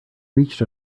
reached